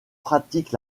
pratique